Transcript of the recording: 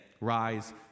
rise